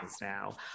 now